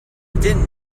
didn’t